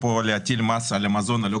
אתם רומסים פה כל דבר.